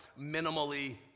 minimally